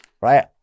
Right